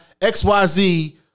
XYZ